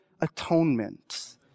atonement